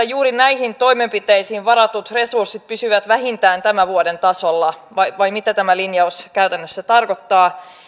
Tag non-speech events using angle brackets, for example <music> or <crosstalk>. <unintelligible> juuri näihin toimenpiteisiin varatut resurssit pysyvät vähintään tämän vuoden tasolla vai vai mitä tämä linjaus käytännössä tarkoittaa